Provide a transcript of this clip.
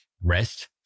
rest